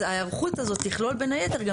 אז ההיערכות הזאת תכלול בין היתר גם